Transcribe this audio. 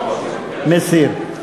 מסיר.